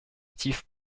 steve